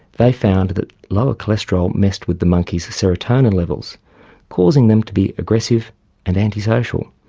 they found that lower cholesterol messed with the monkeys' serotonin levels causing them to be aggressive and anti-social.